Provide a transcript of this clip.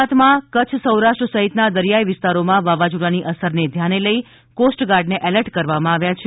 ગુજરાતમાં કચ્છ સૌરાષ્ટ્ર સહિતના દરિયાઈ વિસ્તારોમાં વાવાઝોડાની અસરને ધ્યાને લઈ કોસ્ટ ગાર્ડને એલર્ટ કરવામાં આવ્યા છે